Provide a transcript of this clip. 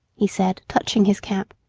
he said, touching his cap,